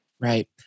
Right